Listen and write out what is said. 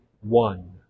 one